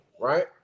Right